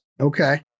Okay